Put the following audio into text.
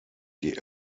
die